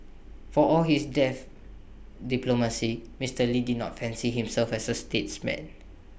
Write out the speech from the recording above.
for all his deft diplomacy Mister lee did not fancy himself as A statesman